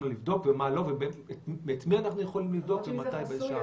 לבדוק ומה לא ואת מי אנחנו יכולים לבדוק -- אבל אם זה חסוי,